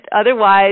Otherwise